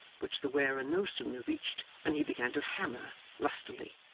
which the wearer no sooner reached than he began to hammer lustily.